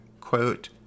quote